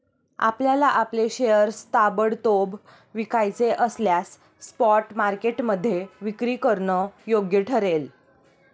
आपल्याला आपले शेअर्स ताबडतोब विकायचे असल्यास स्पॉट मार्केटमध्ये विक्री करणं योग्य ठरेल